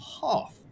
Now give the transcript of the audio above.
half